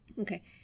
Okay